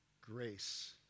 grace